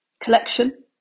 collection